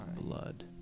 blood